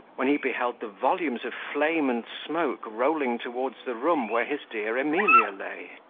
when he beheld the volumes of flame and smoke rolling towards the room where his dear emilia lay!